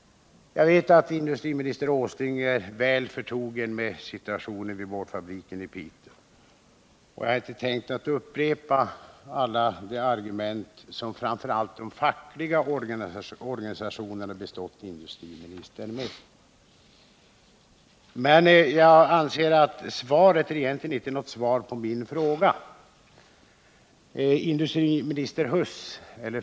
Jag vet att industriminister Åsling är väl förtrogen med situationen vid boardfabriken i Piteå, och jag har inte tänkt upprepa alla de argument som framför allt de fackliga organisationerna bestått industriministern med. Men jag anser att detta svar egentligen inte är något svar på min fråga.